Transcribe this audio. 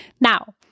Now